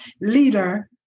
leader